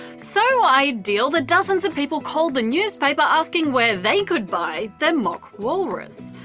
so ideal that dozens of people called the newspaper asking where they could buy their mock walrus.